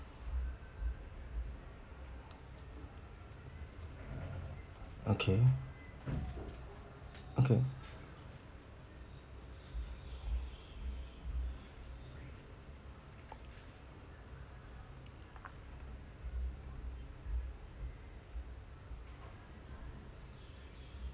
okay okay